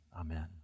Amen